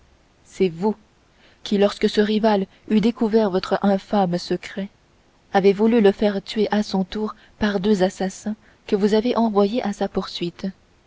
c'est vous qui lorsque ce rival eut découvert votre infâme secret avez voulu le faire tuer à son tour par deux assassins que vous avez envoyés à sa poursuite